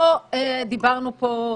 לא דיברנו פה,